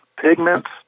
Pigments